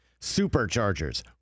Superchargers